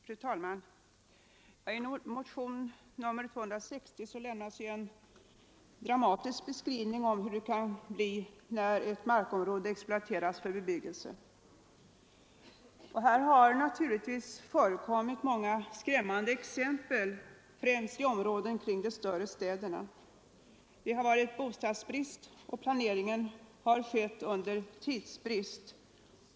Fru talman! I motionen 260 lämnas en dramatisk beskrivning av hur det kan bli när ett markområde exploateras för bebyggelse, och det har naturligtvis förekommit många skrämmande sådana exempel främst i områden kring de större städerna. Det har varit bostadsbrist, och planeringen har genomförts under tidsnöd.